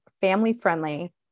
family-friendly